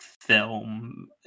film